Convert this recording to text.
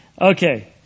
Okay